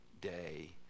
day